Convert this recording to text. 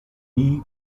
nie